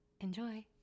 Enjoy